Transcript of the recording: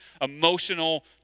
emotional